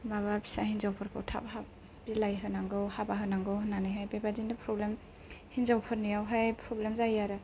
माबा फिसा हिनजावफोरखौ थाब हाबा बिलाइ होनांगौ हाबा होनांगौ होननानैहाय बेबादिनो फ्रब्लेम हिनजावफोरनियावहाय फ्रब्लेम जायो आरो